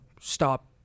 stop